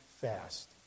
fast